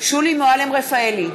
שולי מועלם-רפאלי,